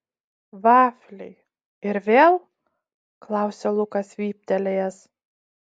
vafliai ir vėl klausia lukas vyptelėjęs